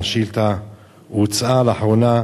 השאילתא הוצאה לאחרונה,